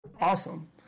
awesome